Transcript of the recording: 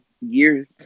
years